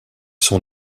sont